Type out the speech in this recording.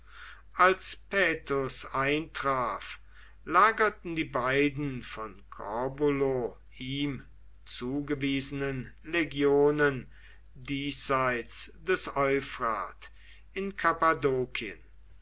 als paetus eintraf lagerten die beiden von corbulo ihm zugewiesenen legionen diesseits des euphrat in